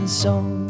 song